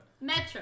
Metro